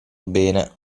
bene